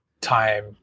time